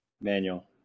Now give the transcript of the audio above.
Manual